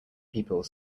people